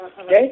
okay